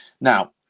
now